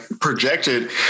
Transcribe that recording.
projected